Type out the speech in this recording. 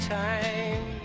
time